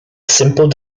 simple